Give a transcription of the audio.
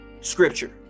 scripture